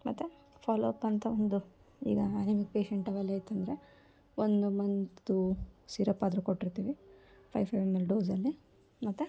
ಮತ್ತೆ follow up ಅಂತ ಒಂದು ಈಗ ಅನೀಮಿಕ್ ಪೇಶೆಂಟ್ ಅವೆಲ್ಲ ಇತ್ತಂದರೆ ಒಂದು ಮಂತು ಸಿರಪ್ಪಾದರೂ ಕೊಟ್ಟಿರ್ತೀವಿ ಫೈವ್ ಫೈವ್ ಎಮ್ ಎಲ್ ಡೋಸಲ್ಲಿ ಮತ್ತು